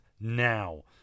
now